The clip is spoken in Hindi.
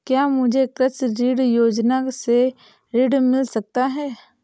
क्या मुझे कृषि ऋण योजना से ऋण मिल सकता है?